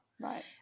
right